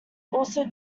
also